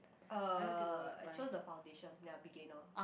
uh I choose the foundation ya beginner